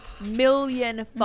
million